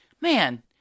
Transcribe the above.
man